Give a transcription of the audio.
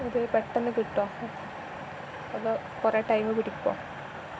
ഇത് പെട്ടെന്ന് കിട്ടുമോ അതോ കുറേ ടൈമ് പിടിക്കുമോ